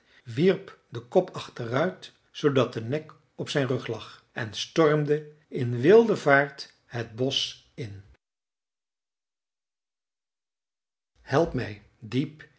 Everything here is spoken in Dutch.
wierp den kop achteruit zoodat de nek op zijn rug lag en stormde in wilde vaart het bosch in helpmij diep